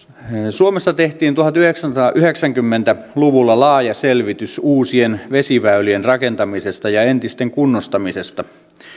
suomessa tehtiin tuhatyhdeksänsataayhdeksänkymmentä luvulla laaja selvitys uusien vesiväylien rakentamisesta ja entisten kunnostamisesta